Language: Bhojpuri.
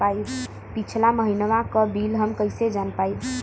पिछला महिनवा क बिल हम कईसे जान पाइब?